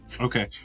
Okay